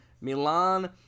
Milan